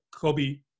Kobe